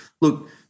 look